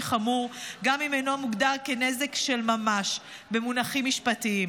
חמור גם אם אינו מוגדר כנזק של ממש במונחים משפטיים.